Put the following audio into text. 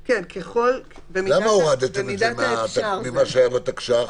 למה הורדתם את זה ממה שהיה בתקש"ח?